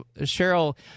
Cheryl